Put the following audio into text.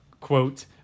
quote